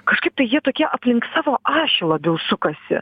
kažkaip tai jie tokie aplink savo ašį labiau sukasi